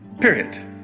period